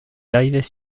arrivaient